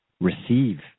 receive